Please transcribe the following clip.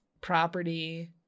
property